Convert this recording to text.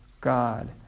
God